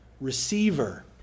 receiver